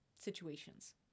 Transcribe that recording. situations